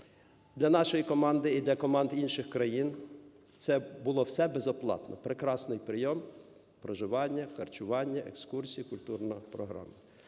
Для нашої команди і для команд інших країн це було все безоплатно: прекрасний прийом, проживання, харчування, екскурсії, культурна програма.